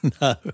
No